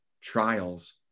trials